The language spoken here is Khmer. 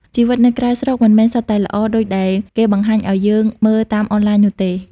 ជីវិតនៅក្រៅស្រុកមិនមែនសុទ្ធតែ "ល្អ" ដូចដែលគេបង្ហាញឱ្យយើងមើលតាមអនឡាញនោះទេ។